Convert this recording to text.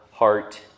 heart